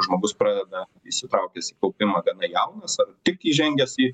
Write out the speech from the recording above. žmogus pradeda įsitraukęs į kaupimą gana jaunas ar tik įžengęs į